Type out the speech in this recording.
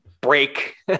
break